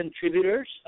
contributors